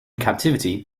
captivity